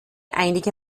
einige